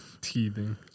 Teething